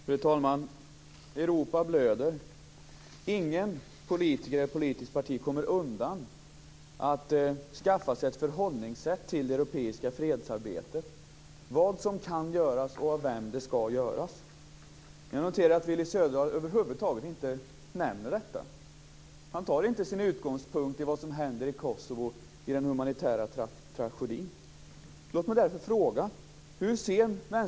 Fru talman! Europa blöder. Ingen politiker och inget politiskt parti kommer undan att skaffa sig ett förhållningssätt till det europeiska fredsarbetet, vad som kan göras och av vem det skall göras. Jag noterar dock att Willy Söderdahl över huvud taget inte nämner detta. Han tar inte sin utgångspunkt i vad som händer i den humanitära tragedin i Kosovo.